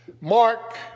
Mark